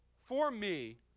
for me,